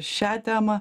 šią temą